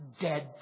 dead